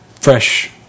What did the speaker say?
fresh